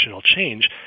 change